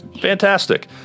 Fantastic